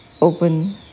Open